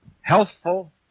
Healthful